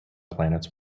planets